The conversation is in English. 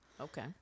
okay